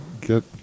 get